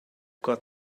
got